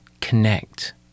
connect